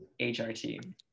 HRT